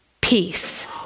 peace